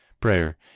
Prayer